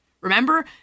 Remember